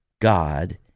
God